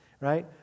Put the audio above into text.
Right